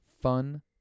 fun